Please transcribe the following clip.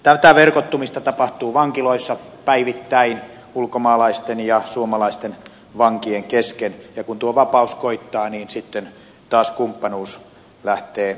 tätä verkottumista tapahtuu vankiloissa päivittäin ulkomaalaisten ja suomalaisten vankien kesken ja kun tuo vapaus koittaa niin sitten taas kumppanuus lähtee toimimaan